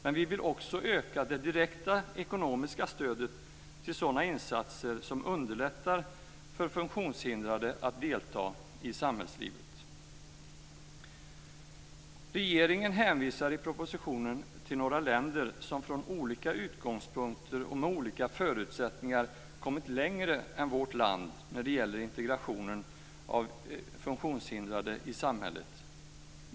Men vi vill också öka det direkta ekonomiska stödet till sådana insatser som underlättar för funktionshindrade att delta i samhällslivet. Regeringen hänvisar i propositionen till några länder som från olika utgångspunkter och med olika förutsättningar kommit längre än vårt land när det gäller integrationen av funktionshindrade i samhället.